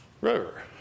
river